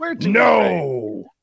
No